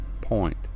point